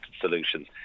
solutions